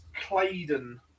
Claydon